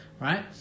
Right